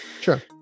Sure